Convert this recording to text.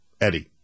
Eddie